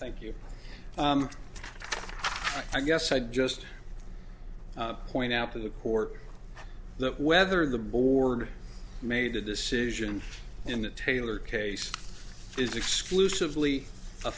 thank you i guess i'd just point out to the court that whether the board made a decision in the taylor case is exclusively a